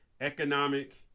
economic